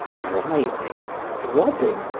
writhing, throbbing,